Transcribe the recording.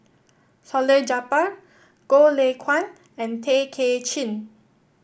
Salleh Japar Goh Lay Kuan and Tay Kay Chin